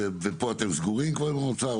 ופה אתם סגורים כבר עם האוצר?